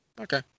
Okay